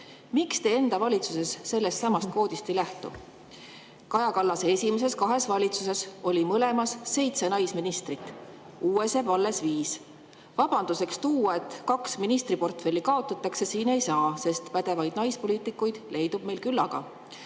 miks te enda valitsuses sellestsamast kvoodist ei lähtu? Kaja Kallase esimeses kahes valitsuses oli mõlemas seitse naisministrit. Uues jääb alles viis. Seda vabanduseks tuua, et kaks ministriportfelli kaotatakse, ei saa, sest pädevaid naispoliitikuid leidub meil küllaga.